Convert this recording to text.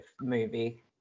movie